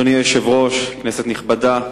אדוני היושב-ראש, כנסת נכבדה,